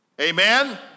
Amen